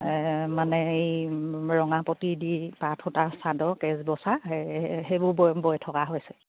মানে এই ৰঙাপটি দি পাট সূতা চাদৰ কেছ বচা সে সেইবোৰ বৈ বৈ থকা হৈছে